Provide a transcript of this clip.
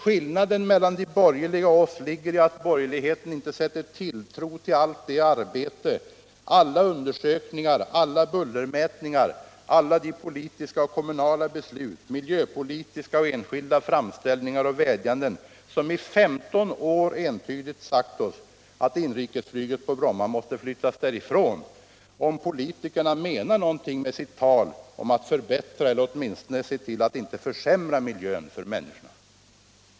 Skillnaden mellan de borgerliga och oss ligger i att borgerligheten inte sätter tilltro till allt det arbete, alla de undersökningar, alla de bullermätningar, alla de politiska och kommunala beslut, alla de miljöpolitiska och enskilda framställningar och vädjanden som i 15 år entydigt sagt oss, att inrikesflyget på Bromma måste flyttas därifrån om politikerna menar någonting med sitt tal om att förbättra eller åtminstone se till att inte försämra miljön för människorna.